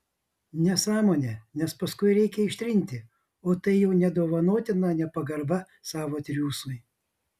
nesąmonė nes paskui reikia ištrinti o tai jau nedovanotina nepagarba savo triūsui